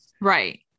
Right